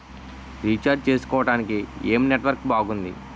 Recharge చేసుకోవటానికి ఏం network బాగుంది?